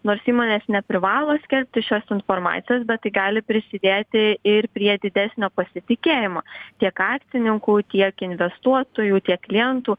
nors įmonės neprivalo skelbti šios informacijos bet tai gali prisidėti ir prie didesnio pasitikėjimo tiek akcininkų tiek investuotojų tiek klientų